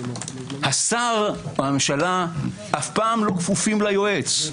כאן השר, הממשלה אף פעם לא כפופים ליועץ.